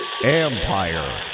Empire